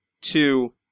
Two